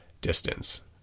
distance